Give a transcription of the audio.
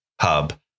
hub